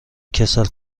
کسل